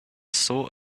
saw